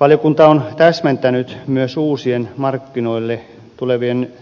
valiokunta on täsmentänyt myös uusien markkinoille tulevien